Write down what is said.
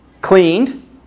cleaned